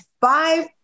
five